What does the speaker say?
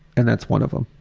and that's one of them.